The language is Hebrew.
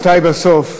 רבותי בסוף.